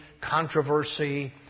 controversy